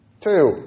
Two